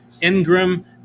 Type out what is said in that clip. Ingram